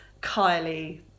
Kylie